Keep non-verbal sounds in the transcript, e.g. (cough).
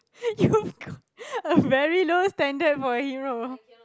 you got (laughs) a very low standard for a hero